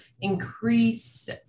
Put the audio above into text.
increase